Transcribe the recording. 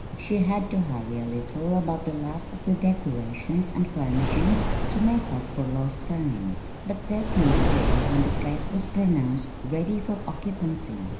she had to hurry a little about the last of the decorations and furnishings to make up for lost time but there came a day when the place was pronounced ready for occupancy.